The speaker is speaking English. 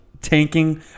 tanking